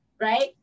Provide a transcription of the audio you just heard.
right